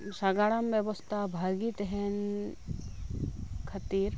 ᱥᱟᱜᱟᱲᱚᱢ ᱵᱮᱵᱚᱥᱛᱷᱟ ᱵᱷᱟᱹᱜᱤ ᱛᱟᱦᱮᱱ ᱠᱷᱟᱹᱛᱤᱨ